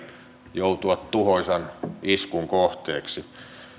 joutua tuhoisan iskun kohteeksi